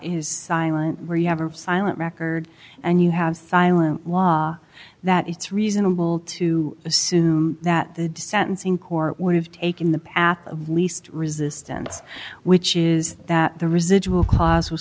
where you have a silent record and you have silent that it's reasonable to assume that the sentencing court would have taken the path of least resistance which is that the residual clause was